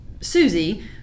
Susie